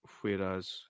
whereas